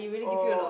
oh